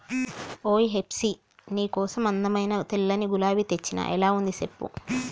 ఓయ్ హెప్సీ నీ కోసం అందమైన తెల్లని గులాబీ తెచ్చిన ఎలా ఉంది సెప్పు